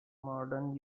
modern